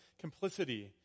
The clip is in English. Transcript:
complicity